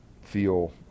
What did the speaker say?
feel